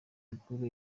mikuru